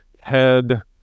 head